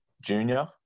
Junior